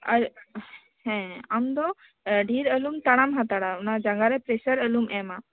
ᱟᱨ ᱦᱮᱸ ᱟᱢ ᱫᱚ ᱰᱷᱮᱨ ᱟᱞᱚᱢ ᱛᱟᱲᱟᱢ ᱦᱟᱛᱟᱲᱟ ᱚᱱᱟ ᱡᱟᱸᱜᱟ ᱨᱮ ᱯᱮᱥᱟᱨ ᱟᱞᱚᱢ ᱮᱢᱟ